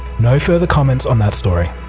no further comments on that story.